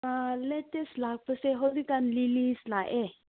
ꯑꯥ ꯂꯦꯇꯦꯁ ꯂꯥꯛꯄꯁꯦ ꯍꯧꯖꯤꯛꯀꯥꯟ ꯂꯤꯂꯤꯁ ꯂꯥꯛꯑꯦ